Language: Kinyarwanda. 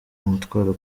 umutwaro